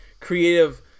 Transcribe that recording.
creative